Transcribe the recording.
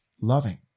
loving